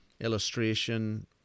illustration